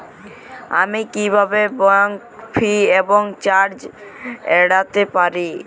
আমি কিভাবে bank fee এবং চার্জ এড়াতে পারি?